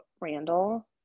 Randall